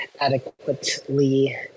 adequately